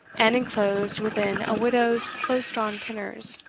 and enclosed within a widow's close-drawn pinners,